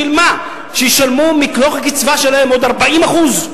בשביל מה, שישלמו מתוך הקצבה שלהם עוד 40%?